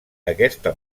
aquesta